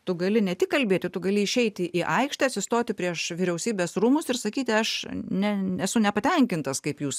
tu gali ne tik kalbėti tu gali išeiti į aikštę atsistoti prieš vyriausybės rūmus ir sakyti aš ne esu nepatenkintas kaip jūs